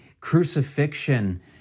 crucifixion